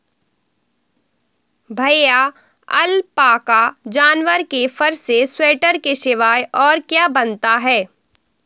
भैया अलपाका जानवर के फर से स्वेटर के सिवाय और क्या बनता है?